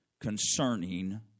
concerning